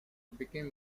became